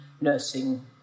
nursing